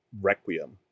Requiem